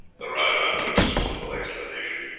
the rajah uttered a scornful exclamation.